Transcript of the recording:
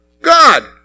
God